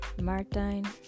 martine